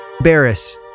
Barris